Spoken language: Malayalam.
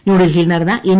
ന്യൂഡൽഹിയിൽ നടന്ന എൻ